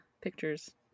pictures